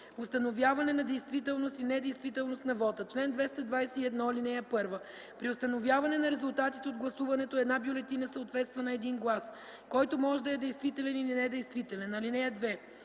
„Установяване на действителност и недействителност на вота Чл. 225. (1) При установяване на резултатите от гласуването за всеки вид избор една бюлетина съответства на един глас, който може да е действителен или недействителен. (2)